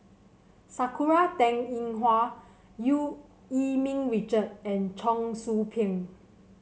Sakura Teng Ying Hua Eu Yee Ming Richard and Cheong Soo Pieng